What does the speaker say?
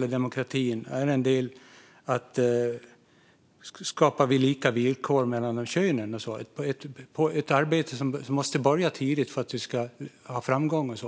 och demokratin. Det är en del i att skapa lika villkor mellan könen. Det är ett arbete som måste börja tidigt för att vi ska nå framgång.